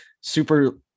super